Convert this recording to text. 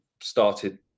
started